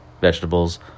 vegetables